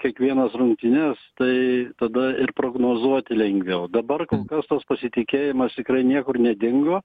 kiekvienas rungtynes tai tada ir prognozuoti lengviau dabar kol kas tos pasitikėjimas tikrai niekur nedingo